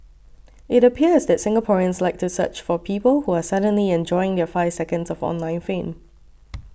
it appears that Singaporeans like to search for people who are suddenly enjoying their five seconds of online fame